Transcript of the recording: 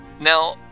Now